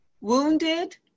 wounded